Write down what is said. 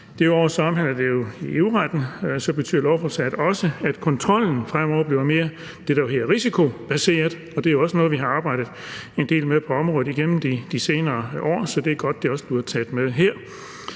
Derudover omhandler det jo EU-retten, og så betyder lovforslaget også, at kontrollen fremover bliver mere risikobaseret. Det er jo også noget, vi har arbejdet en del med på området igennem de senere år, så det er godt, at det også bliver taget med her.